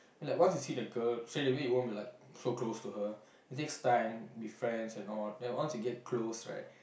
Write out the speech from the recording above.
like once you see the girl so that way you won't be so close to her it takes time to be friend and all and once you get close right